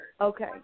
Okay